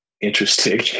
interesting